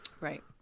Right